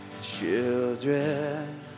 Children